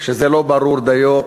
זה לא ברור דיו.